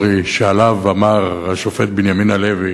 היינו מאוד רוצים שהוא יירתם לעניין הזה לטובת תושבי הדרום.